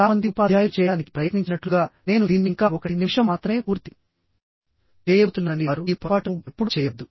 చాలా మంది ఉపాధ్యాయులు చేయడానికి ప్రయత్నించినట్లుగానేను దీన్ని ఇంకా 1 నిమిషం మాత్రమే పూర్తి చేయబోతున్నానని వారు చెబుతారని చెప్పే ఈ పొరపాటును ఎప్పుడూ చేయవద్దు